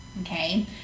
okay